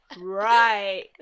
right